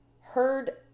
heard